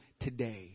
today